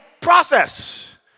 process